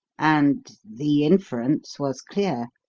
and the inference was clear.